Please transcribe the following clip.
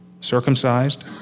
circumcised